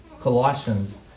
Colossians